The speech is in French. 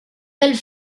belles